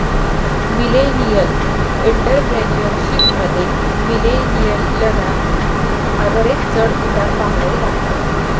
millennial entrepreneurship मध्ये, मिलेनियलना बरेच चढ उतार पहावे लागतात